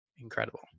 incredible